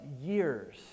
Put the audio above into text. years